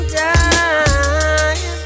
time